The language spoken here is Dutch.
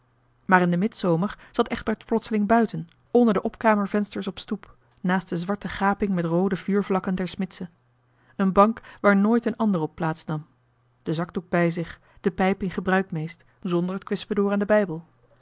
maar in den midzomer zat egberts plotseling buiten onder de opkamervensters op stoep naast de zwarte gaping met roode vuurvlakken der smidse een bank waar nooit een ander op plaats nam den zakdoek bij zich de pijp in gebruik meest zonder het kwispedoor en den bijbel